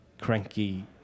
cranky